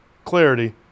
Clarity